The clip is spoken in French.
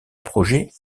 projets